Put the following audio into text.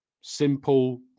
Simple